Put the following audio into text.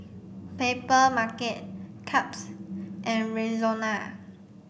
Papermarket Chaps and Rexona